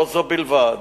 לא זאת בלבד,